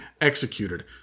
executed